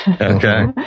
Okay